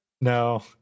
No